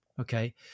Okay